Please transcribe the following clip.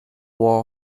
war